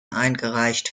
eingereicht